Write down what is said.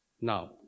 Now